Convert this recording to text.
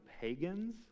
pagans